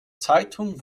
zeitung